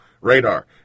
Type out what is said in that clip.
radar